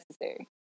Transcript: necessary